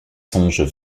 songes